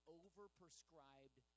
overprescribed